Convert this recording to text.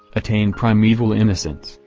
attain primeval innocence,